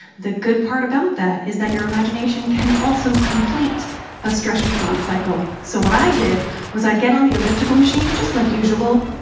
the good part about that is that your imagination can also complete a stress response cycle. so what i did was i'd get on an elliptical machine, just like usual,